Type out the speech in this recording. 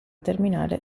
terminare